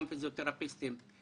גם פיזיותרפיסטים.